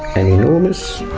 an enormous.